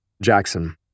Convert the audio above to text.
Jackson